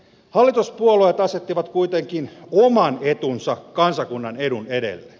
hallituspuolueet asettivat kuitenkin oma etunsa kansakunnan edun edelle